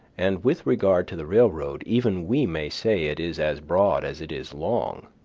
and with regard to the railroad even we may say it is as broad as it is long.